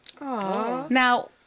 Now